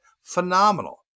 phenomenal